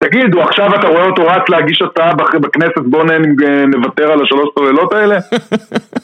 תגיד, עכשיו אתה רואה אותו רץ להגיש הצעה בכנסת בוא נוותר על השלוש סוללות האלה?